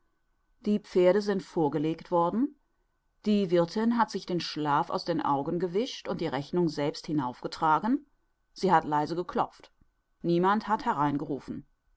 die pferde sind vorgelegt worden die wirthin hat sich den schlaf aus den augen gewischt und die rechnung selbst hinaufgetragen sie hat leise geklopft niemand hat